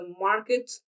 market